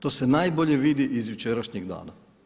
To se najbolje vidi iz jučerašnjeg dana.